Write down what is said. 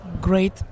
great